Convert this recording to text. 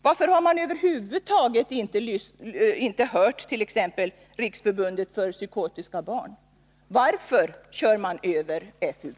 Varför har man över huvud taget inte hört t.ex. Riksförbundet för psykotiska barn? Varför kör man över FUB?